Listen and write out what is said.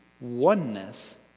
oneness